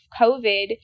COVID